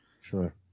Sure